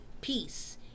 peace